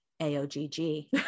AOGG